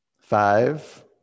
Five